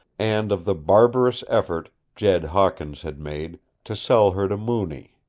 and of the barbarous effort jed hawkins had made to sell her to mooney.